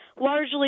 largely